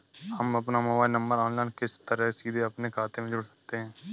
हम अपना mobile number online किस तरह सीधे अपने खाते में जोड़ सकते हैं?